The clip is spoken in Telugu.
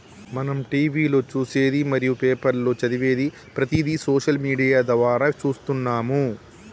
మనం టీవీలో చూసేది మరియు పేపర్లో చదివేది ప్రతిదీ సోషల్ మీడియా ద్వారా చూస్తున్నాము